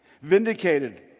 vindicated